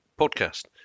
podcast